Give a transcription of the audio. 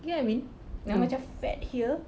get what I mean like macam fat here